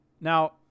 Now